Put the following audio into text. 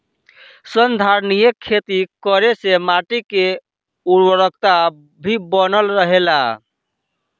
संधारनीय खेती करे से माटी के उर्वरकता भी बनल रहेला